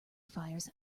fires